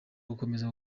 gukomeza